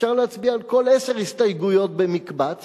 אפשר להצביע על כל עשר הסתייגויות במקבץ,